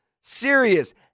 serious